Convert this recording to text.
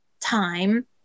time